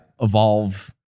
evolve